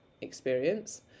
experience